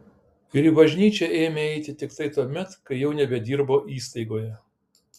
ir į bažnyčią ėmė eiti tiktai tuomet kai jau nebedirbo įstaigoje